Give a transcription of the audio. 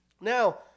Now